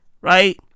right